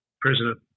president